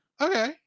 okay